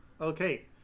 Okay